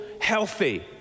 healthy